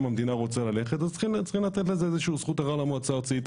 המדינה רוצה ללכת אז צריכים לתת לזה איזה שהיא זכות ערר למועצה הארצית.